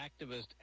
activist